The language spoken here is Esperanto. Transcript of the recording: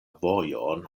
vojon